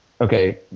okay